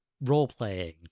role-playing